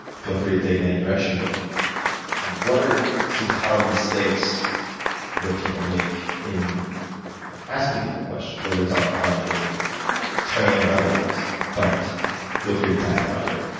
feel free to take it in any direction but what are some common mistakes that people make in asking people questions, whether it's on on a train or otherwise? but feel free to tackle either.